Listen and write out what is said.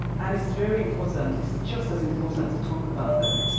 and it is very important, it is just as important, to talk about them.